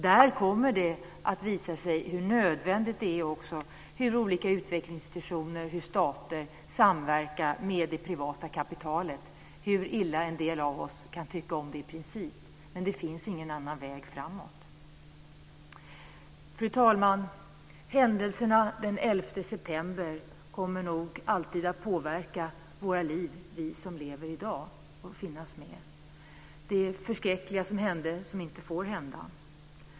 Där kommer det också att visa sig hur nödvändigt det är med samverkan mellan dels olika utvecklingsinstitutioner och stater, dels det privata kapitalet - hur illa en del av oss än kan tycka om det i princip. Det finns ingen annan väg framåt. Fru talman! Händelserna den 11 september kommer nog alltid att påverka livet för oss som lever i dag. Det kommer att finnas med, det förskräckliga som hände som inte får hända.